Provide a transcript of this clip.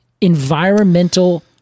environmental